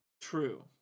True